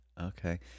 okay